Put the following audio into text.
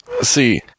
See